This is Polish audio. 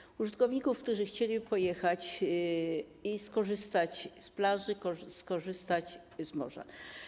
Chodzi o użytkowników, którzy chcieliby pojechać i skorzystać z plaży, skorzystać z morza.